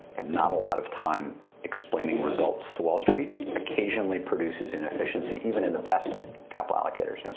and not a lot of time explaining results to wall street, occasionally produces inefficiency, even in the best capital allocators. yeah